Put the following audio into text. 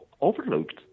overlooked